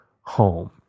home